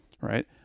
right